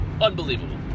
Unbelievable